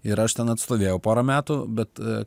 ir aš ten atstovėjau porą metų bet